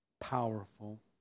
powerful